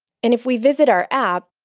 and if we visit our app.